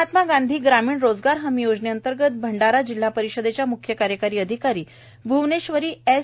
महात्मा गांधी ग्रामीण रोजगार हमी योजनेंतर्गत भंडारा जिल्हा परिषदेच्या म्ख्य कार्यकारी अधिकारी भ्वनेश्वरि एस